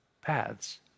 paths